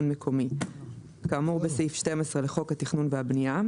מקומי כאמור בסעיף 12 לחוק התכנון והבנייה,